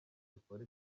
zikora